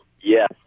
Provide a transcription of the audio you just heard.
yes